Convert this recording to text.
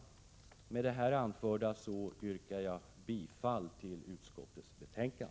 Med det anförda yrkar jag bifall till utskottets hemställan.